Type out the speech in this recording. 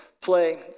play